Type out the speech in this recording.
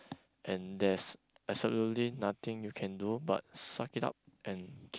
and there's absolutely nothing you can do but suck it up and keep